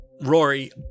Rory